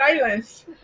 silence